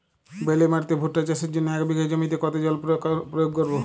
বেলে মাটিতে ভুট্টা চাষের জন্য এক বিঘা জমিতে কতো জল প্রয়োগ করব?